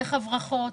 דרך הברחות,